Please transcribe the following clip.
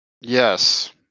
Yes